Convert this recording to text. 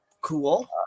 Cool